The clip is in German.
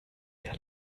der